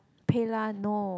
PayLah no